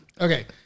Okay